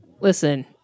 Listen